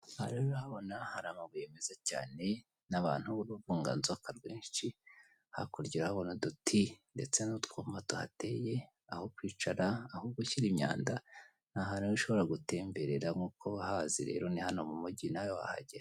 Aha rero urahabona hari amabuye meza cyane n'abantu b'uruvunganzoka rwinshi hakurya urahabona uduti ndetse n'utwuma tuhateye aho kwicara aho gushyira imyanda ni ahantu ushobora gutemberera nkuko bahazi rero ni hano mu mugi nawe wahagera.